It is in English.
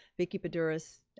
vickie boudouris,